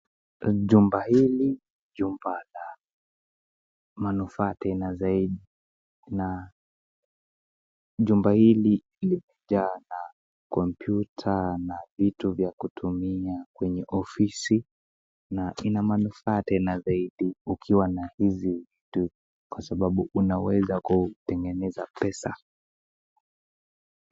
Chumba hili ni chumba la manufaa tena zaidi na chumba hili ni limejaa na kompyuta na vitu vya kutumia kwenye ofisi na Ina manufaa tena zaidi ukiwa na hizi vitu Kwa sababu unaweza kutengeneza pesa.